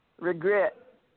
regret